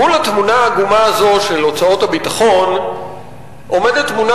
מול התמונה העגומה הזו של הוצאות הביטחון עומדת תמונה